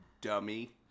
Dummy